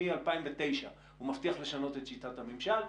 מ-2009 הוא מבטיח לשנות את שיטת הממשל,